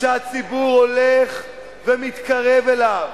שהציבור הולך ומתקרב אליו,